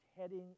heading